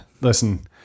listen